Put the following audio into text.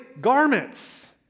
garments